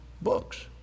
books